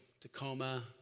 Tacoma